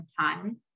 time